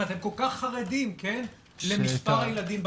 אם אתם כל כך חרדים למספר הילדים במעונות.